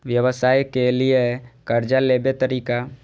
व्यवसाय के लियै कर्जा लेबे तरीका?